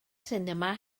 sinema